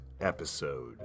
episode